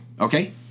Okay